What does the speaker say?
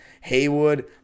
Haywood